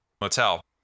Motel